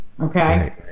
Okay